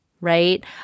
right